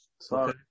Sorry